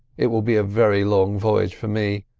it will be a very long voyage for me.